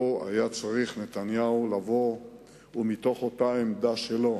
פה היה צריך נתניהו לבוא ומתוך אותה עמדה שלו,